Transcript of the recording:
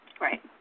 Right